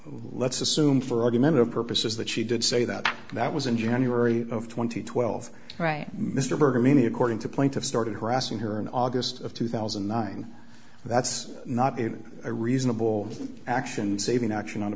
let's assume for argumentative purposes that she did say that that was in january of twenty twelve right mr berger meaning according to plaintiff started harassing her in august of two thousand and nine that's not in a reasonable action saving action on